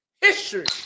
History